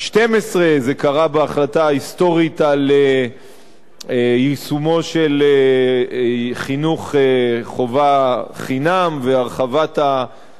זה קרה בהחלטה ההיסטורית על יישומו של חינוך חובה חינם והרחבת הצהרונים,